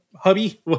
hubby